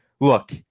look